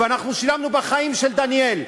ואנחנו שילמנו בחיים של דניאל.